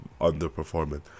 underperforming